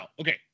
okay